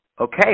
Okay